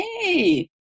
hey